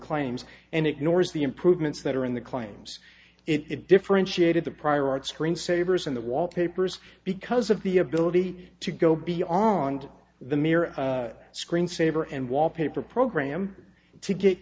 claims and ignores the improvements that are in the claims it differentiated the prior art screen savers in the wallpapers because of the ability to go beyond the mere screen saver and wallpaper program to get